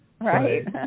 Right